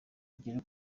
ugiye